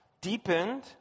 deepened